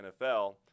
NFL